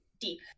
deep